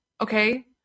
okay